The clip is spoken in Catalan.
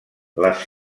les